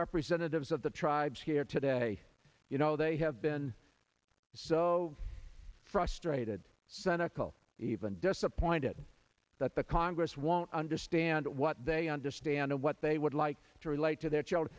representatives of the tribes here today you know they have been so frustrated senekal even disappointed that the congress won't understand what they understand what they would like to relate to their children